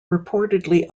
reportedly